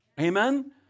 Amen